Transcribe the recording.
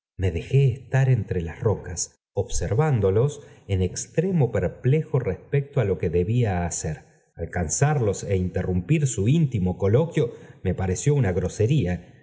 me dejé estar entie las rocas observándolos en extremo perplejo especio á lo qite debía hacer alcanzarlo étntemimpir bu íntimo coloquio me pareció una grosena